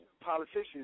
politicians